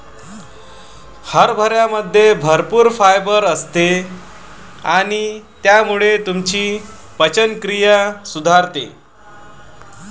हरभऱ्यामध्ये भरपूर फायबर असते आणि त्यामुळे तुमची पचनक्रिया सुधारते